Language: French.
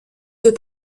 deux